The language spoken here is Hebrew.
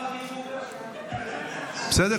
השלישית, בסדר?